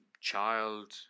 child